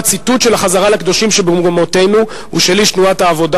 הציטוט של החזרה לקדושים שבמקומותינו הוא של איש תנועת העבודה